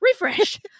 Refresh